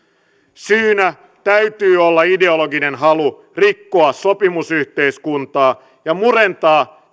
syynä täytyy olla ideologinen halu rikkoa sopimusyhteiskuntaa ja murentaa